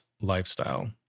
lifestyle